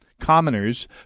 commoners